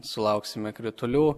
sulauksime kritulių